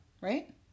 right